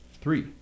Three